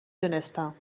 دونستم